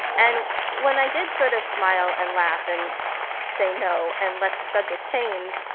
and when i did sort of smile and laugh and say no and let the subject change,